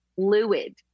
fluid